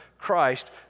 Christ